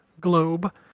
globe